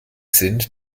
sind